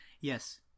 Yes